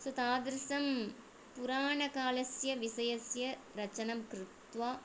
सो तादृशं पुराणकालस्य विषयस्य रचनं कृत्वा